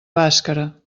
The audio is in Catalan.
bàscara